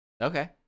Okay